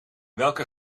welke